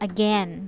Again